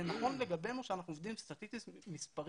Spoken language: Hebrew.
זה נכון לגבינו כשאנחנו עובדים סטטיסטית מספרית,